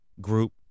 group